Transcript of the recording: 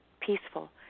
peaceful